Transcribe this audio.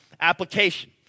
application